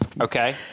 Okay